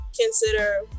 consider